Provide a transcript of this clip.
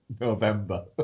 November